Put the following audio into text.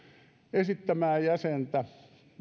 esittämää jäsentä